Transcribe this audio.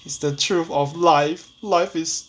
it's the truth of life life is